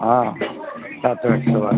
হ্যাঁ তা তো বুঝতে পাচ্ছি